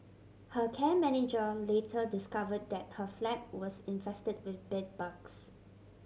her care manager later discovered that her flat was infested with bedbugs